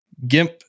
gimp